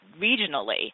regionally